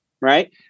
right